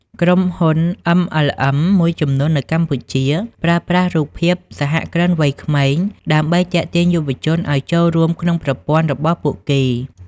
ក្រុមហ៊ុន MLM មួយចំនួននៅកម្ពុជា ប្រើប្រាស់រូបភាព "សហគ្រិនវ័យក្មេង" ដើម្បីទាក់ទាញយុវជនឱ្យចូលរួមក្នុងប្រព័ន្ធរបស់ពួកគេ។